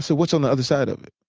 so what's on the other side of it?